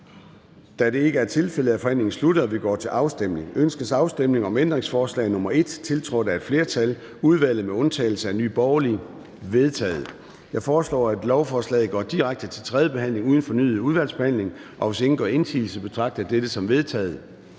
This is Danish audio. Da det ikke er tilfældet, er forhandlingen sluttet, og vi går til afstemning. Kl. 14:29 Afstemning Formanden (Søren Gade): Ønskes afstemning om ændringsforslag nr. 1, tiltrådt af et flertal (udvalget med undtagelse af Nye Borgerlige)? Det er vedtaget. Jeg foreslår, at lovforslaget går direkte til tredje behandling uden fornyet udvalgsbehandling, og hvis ingen gør indsigelse, betragter jeg dette som vedtaget.